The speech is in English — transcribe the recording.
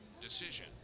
decision